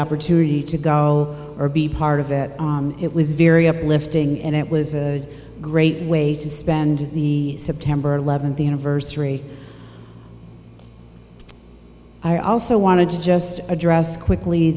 opportunity to go or be part of it it was very uplifting and it was a great way to spend the september eleventh anniversary i also want to just address quickly